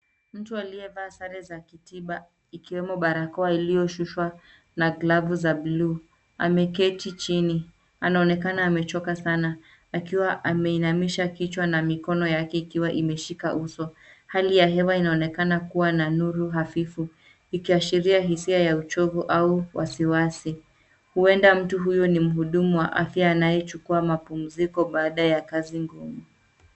Mtu aliyevaa sare za kitiba ikiwemo barakoa iliyoshushwa na glavu za bluu ameketi chini. Anaonekana amechoka sana akiwa ameinamisha kichwa na mikono yake ikiwa imeshika uso. Hali ya hewa inaonekana kuwa na nuru hafifu ikiashiria hisia ya uchovu au wasiwasi. Huenda mtu huyo ni mhudumu wa afya anayechukua mapumziko baada ya kazi ngumu.